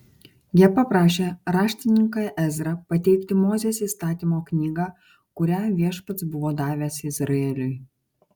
jie paprašė raštininką ezrą pateikti mozės įstatymo knygą kurią viešpats buvo davęs izraeliui